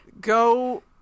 Go